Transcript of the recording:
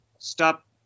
stop